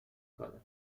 کنن